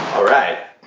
all right.